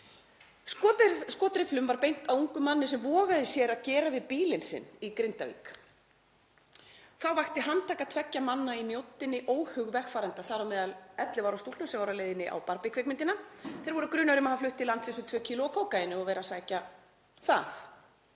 Skotrifflum var beint að ungum manni sem vogaði sér að gera við bílinn sinn í Grindavík. Þá vakti handtaka tveggja manna í Mjóddinni óhug vegfarenda, þar á meðal 11 ára stúlkna sem voru á leiðinni á Barbie-kvikmyndina. Þeir voru grunaðir um að hafa flutt til landsins um 2 kíló af kókaíni og vera að sækja það.